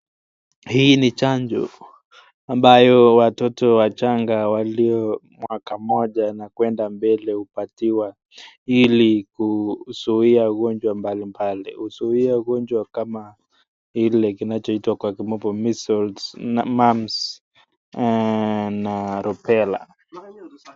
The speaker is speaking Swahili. Hii ni chanjo ambayo watoto wachanga walio mwaka moja na kuenda mbele hupatiwa hili kuzuia ugonjwa mbalimbali, huzuia ugonjwa kama ile kinachoitwa kwa kimombo Measles mum's na Rubela.